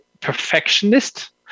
perfectionist